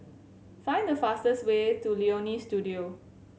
find the fastest way to Leonie Studio